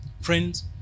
Friends